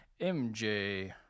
MJ